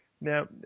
Now